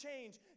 change